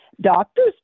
doctors